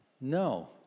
No